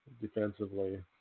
defensively